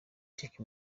take